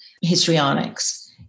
histrionics